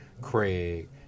Craig